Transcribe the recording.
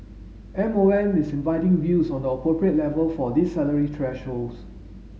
M O M is inviting views on the appropriate level for these salary thresholds